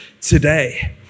today